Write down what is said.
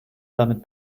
damit